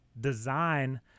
Design